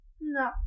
No